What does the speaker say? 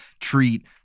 treat